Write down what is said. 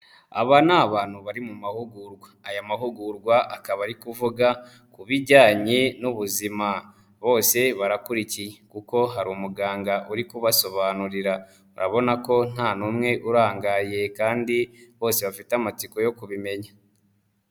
Aba ni abantu bari mu mahugurwa, aya mahugurwa akaba ari kuvuga ku bijyanye n'ubuzima, bose barakurikiye kuko hari umuganga uri kubasobanurira, urabona ko nta n'umwe urangaye kandi bose bafite amatsiko yo kubimenya.